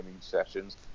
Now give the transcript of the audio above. sessions